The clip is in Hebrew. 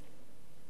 בטייבה,